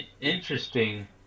Interesting